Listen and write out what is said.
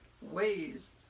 ways